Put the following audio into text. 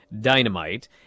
Dynamite